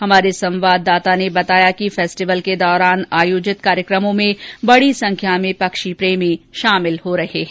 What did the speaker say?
हमारे संवाददाता ने बताया कि फेस्टिवल के दौरान आयोजित कार्यक्रमों में बड़ी संख्या में पक्षी प्रेमी शामिल हो रहे है